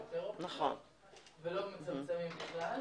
--- ולא מצמצמים בכלל.